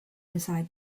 decide